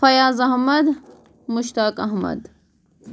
Fayaz Ahmad Mushtaq Ahmad